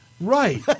right